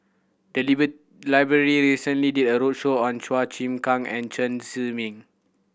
the library recently did a roadshow on Chua Chim Kang and Chen Zhiming